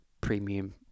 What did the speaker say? premium